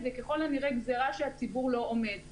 זאת כנראה גזרה שהציבור לא עומד בה.